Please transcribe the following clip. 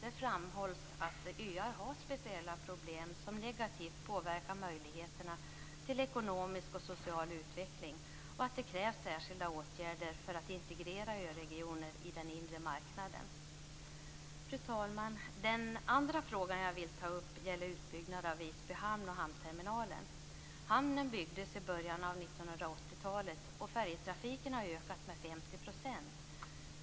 Där framhålls att öar har speciella problem, som negativt påverkar möjligheterna till ekonomisk och social utveckling och att det krävs särskilda åtgärder för att integrera öregioner i den inre marknaden. Fru talman! Den andra frågan jag vill ta upp gäller utbyggnad av Visby hamn och hamnterminalen. Hamnen byggdes i början av 1980-talet, och färjetrafiken har ökat med 50 %.